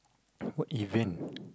what event